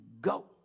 go